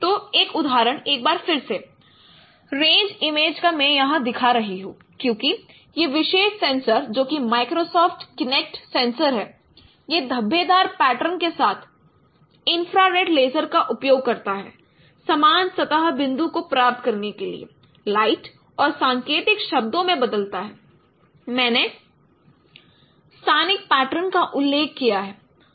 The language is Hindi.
तो एक उदाहरण एक बार फिर से रेंज इमेज का मैं यहाँ दिखा रहा हूँ क्योंकि यह विशेष सेंसर जो कि माइक्रोसॉफ्ट किनेक्ट सेंसर है यह धब्बेदार पैटर्न के साथ इन्फ्रारेड लेज़र का उपयोग करता है समान सतह बिंदुओं को प्राप्त करने के लिए लाइट और सांकेतिक शब्दों में बदलता है मैंने स्थानिक पैटर्न का उल्लेख किया है